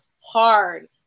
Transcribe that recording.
hard